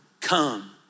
come